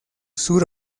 sur